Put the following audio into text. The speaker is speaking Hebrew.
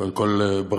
קודם כול ברכות.